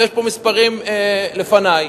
ויש פה מספרים לפני.